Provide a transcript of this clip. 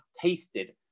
tasted